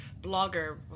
blogger